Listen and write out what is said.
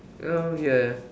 oh yeah